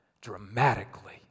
dramatically